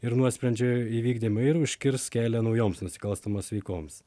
ir nuosprendžio įvykdymo ir užkirst kelią naujoms nusikalstamoms veikoms